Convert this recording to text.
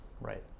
Right